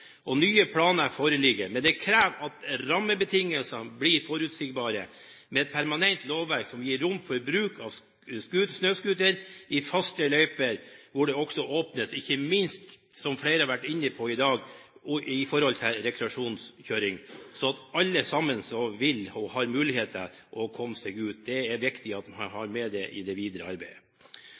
og nye planer foreligger. Men det krever at rammebetingelsene blir forutsigbare med et permanent lovverk som gir rom for bruk av snøscooter i faste løyper, hvor det ikke minst åpnes for rekreasjonskjøring, som flere har vært inne på i dag, slik at alle som vil og har muligheter til det, kommer seg ut. Det er viktig å ha med dette i det videre arbeidet.